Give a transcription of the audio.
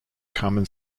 carmen